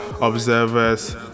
Observers